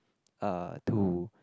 uh to